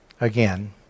again